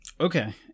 Okay